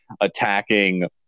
attacking